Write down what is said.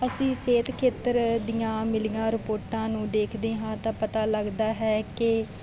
ਅਸੀਂ ਸਿਹਤ ਖੇਤਰ ਦੀਆਂ ਮਿਲੀਆਂ ਰਿਪੋਰਟਾਂ ਨੂੰ ਦੇਖਦੇ ਹਾਂ ਤਾਂ ਪਤਾ ਲੱਗਦਾ ਹੈ ਕਿ